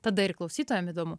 tada ir klausytojam įdomu